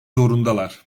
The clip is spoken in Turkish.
zorundalar